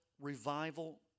revival